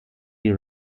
die